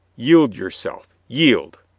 yield yourself. yield!